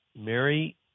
Mary